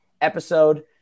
episode